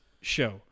show